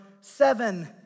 seven